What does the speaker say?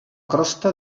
crosta